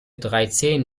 dreizehn